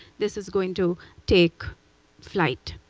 this is going to take flight.